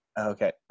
Okay